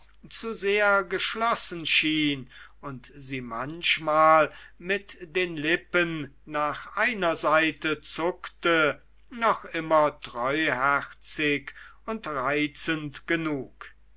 zu sehr geschlossen schien und sie manchmal mit den lippen nach einer seite zuckte noch immer treuherzig und reizend genug